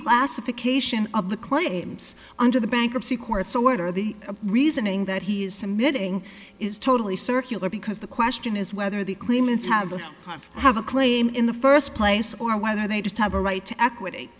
reclassification of the claims under the bankruptcy court so what are the reasoning that he is submitting is totally circular because the question is whether the claimants have a have a claim in the first place or whether they just have a right to equity